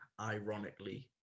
ironically